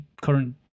current